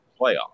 playoff